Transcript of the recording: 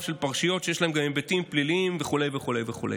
של פרשיות שיש להן גם היבטים פליליים וכו' וכו' וכו'.